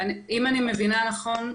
אם אני מבינה נכון,